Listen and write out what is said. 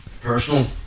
Personal